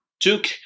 took